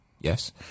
Yes